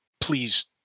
please